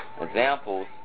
Examples